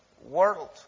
World